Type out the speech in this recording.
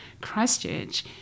Christchurch